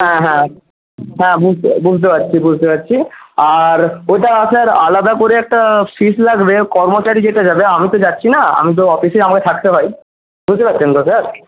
হ্যাঁ হ্যাঁ হ্যাঁ বুঝতে বুঝতে পারছি বুঝতে পারছি আর ওটা আপনার আলাদা করে একটা ফিজ লাগবে কর্মচারী যেটা যাবে আমি তো যাচ্ছিনা আমি তো অফিসেই আমাকে থাকতে হয় বুঝতে পারছেন কথা